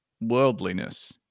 worldliness